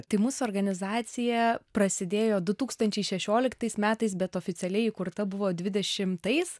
tai mūsų organizacija prasidėjo du tūkstančiai šešioliktais metais bet oficialiai įkurta buvo dvidešimtais